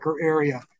area